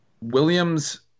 Williams